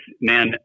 man